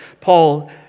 Paul